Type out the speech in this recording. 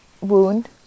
wound